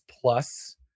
plus